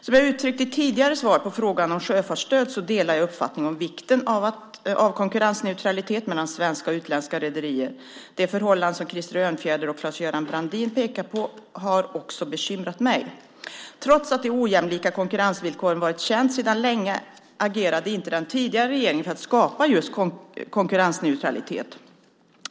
Som jag uttryckt i tidigare svar på frågor om sjöfartsstöd så delar jag uppfattningen om vikten av konkurrensneutralitet mellan svenska och utländska rederier. Det förhållande som Krister Örnfjäder och Claes-Göran Brandin pekar på har också bekymrat mig. Trots att de ojämlika konkurrensvillkoren varit kända sedan länge agerade inte den tidigare regeringen för att skapa just konkurrensneutralitet.